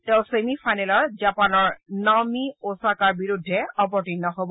তেওঁ ছেমিফাইনেলত জাপানৰ নাওমি অছাকাৰ বিৰুদ্ধে অৱতীৰ্ণ হব